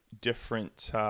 different